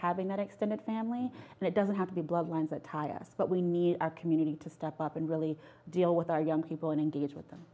having that extended family and it doesn't have to be bloodlines that tire but we need a community to step up and really deal with our young people and engage with them